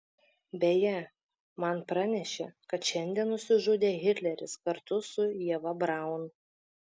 beje man pranešė kad šiandien nusižudė hitleris kartu su ieva braun